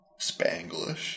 Spanglish